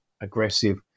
aggressive